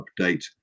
update